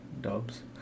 Dubs